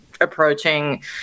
approaching